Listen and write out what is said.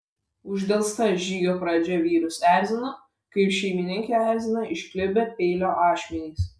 uždelsta žygio pradžia vyrus erzino kaip šeimininkę erzina išklibę peilio ašmenys